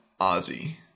Ozzy